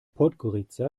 podgorica